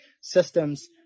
systems